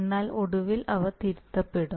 എന്നാൽ ഒടുവിൽ അവ തിരുത്തപ്പെടും